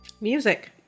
Music